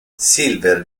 silver